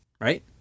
right